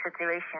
situation